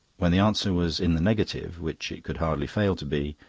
when the answer was in the negative, which it could hardly fail to be,